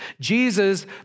Jesus